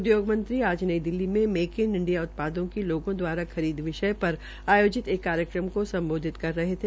उदयोग मंत्री आज नई दिल्ली में मेक इन इंडिया उत्पादों की लोगों द्वारा खरीद विषया पर आयोजित एक कार्यक्रम को सम्बोधित कर रहे थे